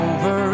Over